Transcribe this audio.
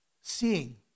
seeing